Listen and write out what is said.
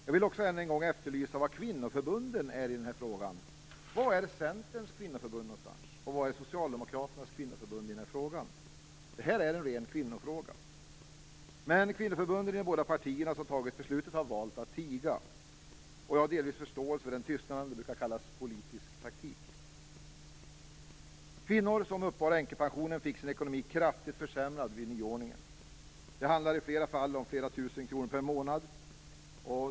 Jag vill också än en gång efterlysa var kvinnoförbunden är i den här frågan. Var är Centerns kvinnoförbund någonstans, och var är Socialdemokraternas kvinnoförbund i den här frågan? Det här är en riktig kvinnofråga. Men kvinnoförbunden i de båda partierna som fattat beslutet har valt att tiga. Jag har delvis förståelse för den tystnaden. Det brukar kallas politisk taktik. Kvinnor som uppbar änkepension fick sin ekonomi kraftigt försämrad vid nyordningen. Det handlade i många fall om flera tusen kronor per månad.